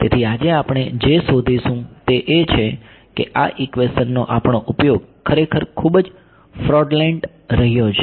તેથી આજે આપણે જે શોધીશું તે એ છે કે આ ઈક્વેશનનો આપણો ઉપયોગ ખરેખર ખૂબ જ ફ્રોડલેંટ રહ્યો છે